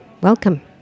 Welcome